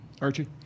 Archie